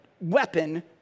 weapon